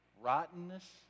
rottenness